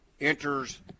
enters